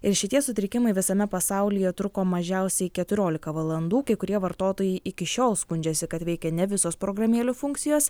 ir šitie sutrikimai visame pasaulyje truko mažiausiai keturiolika valandų kai kurie vartotojai iki šiol skundžiasi kad veikia ne visos programėlių funkcijos